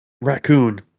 raccoon